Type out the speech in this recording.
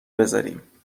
بذاریم